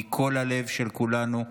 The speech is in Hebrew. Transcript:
מכל הלב של כולנו.